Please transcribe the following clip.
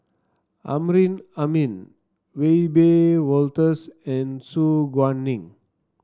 Amrin Amin Wiebe Wolters and Su Guaning